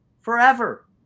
forever